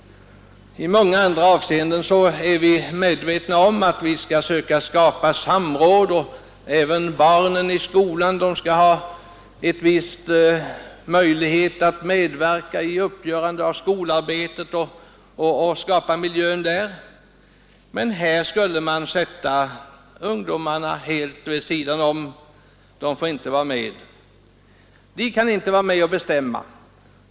I många andra avseenden är vi medvetna om att vi skall söka åstadkomma samråd, och vi anser att barnen t.o.m., i skolan skall ha en viss möjlighet att medverka i uppläggningen av skolarbetet och i skapandet av skolans miljö. Men här skulle man ställa ungdomarna helt vid sidan om avgörandet — de får inte vara med och bestämma.